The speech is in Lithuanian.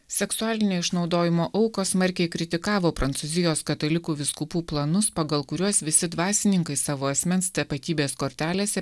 seksualinio išnaudojimo aukos smarkiai kritikavo prancūzijos katalikų vyskupų planus pagal kuriuos visi dvasininkai savo asmens tapatybės kortelėse